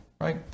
right